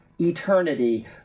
eternity